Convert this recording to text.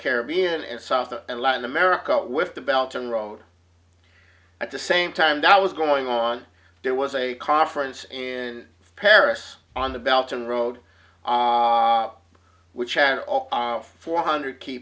caribbean and south and latin america with the belgian road at the same time that was going on there was a conference in paris on the belgian road which had all four hundred key